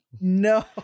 no